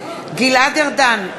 גלעד ארדן,